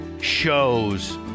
shows